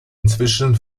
inzwischen